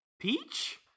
peach